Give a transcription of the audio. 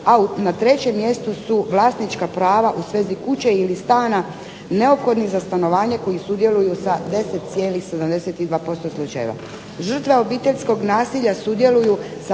a na trećem mjestu su vlasnička prava u svezi kuće ili stana neophodnih za stanovanje koji sudjeluju sa 10,72% slučajeva. Žrtve obiteljskog nasilja sudjeluju sa